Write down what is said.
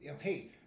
Hey